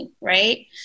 right